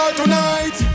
tonight